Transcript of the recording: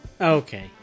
okay